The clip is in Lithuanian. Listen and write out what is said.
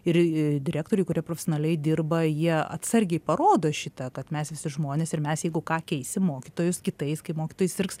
ir direktoriai kurie profesionaliai dirba jie atsargiai parodo šitą kad mes visi žmonės ir mes jeigu ką keisim mokytojus kitais kai mokytojai sirgs